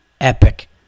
epic